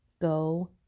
Go